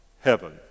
heaven